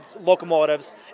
locomotives